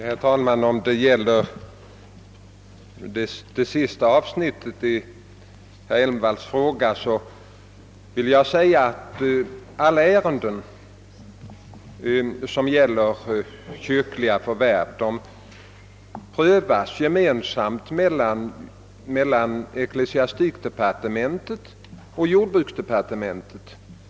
Herr talman! Beträffande det sista avsnittet i herr Elmstedts interpellation vill jag framhålla att alla ärenden som gäller kyrkliga förvärv prövas gemensamt mellan ecklesiastikdepartementet och jordbruksdepartementet.